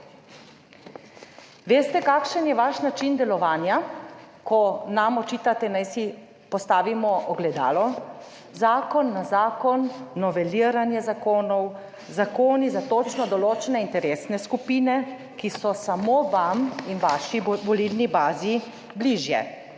Veste, kakšen je vaš način delovanja, ko nam očitate naj si postavimo ogledalo? Zakon na zakon, noveliranje zakonov, zakoni za točno določene interesne skupine, ki so samo vam in vaši volilni bazi bližje.